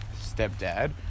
stepdad